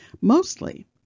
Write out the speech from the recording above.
Mostly